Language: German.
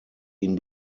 ihn